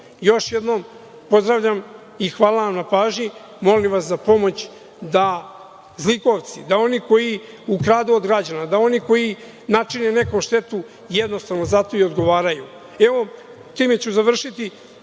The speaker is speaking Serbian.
jednom, pozdravljam i hvala vam na pažnji. Molim vas za pomoć da zlikovci, da oni koji ukradu od građana, da oni koji načine nekom štetu, jednostavno za to i odgovaraju. Evo, time ću završiti,